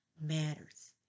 matters